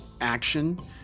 action